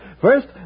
First